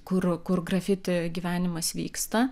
kur kur grafiti gyvenimas vyksta